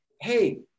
hey